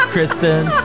Kristen